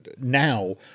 now